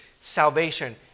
salvation